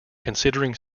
considering